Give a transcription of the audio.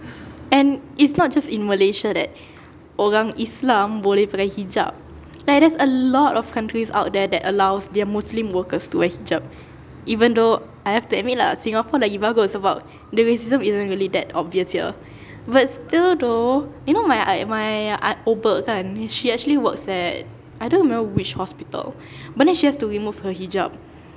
and it's not just in malaysia that orang islam boleh pakai hijab like there's a lot of countries out there that allows their muslim workers to wear hijab even though I have to admit lah singapore lagi bagus sebab the racism isn't really that obvious here but still though you know my I my uh obek kan she actually works at I don't remember which hospital but then she has to remove her hijab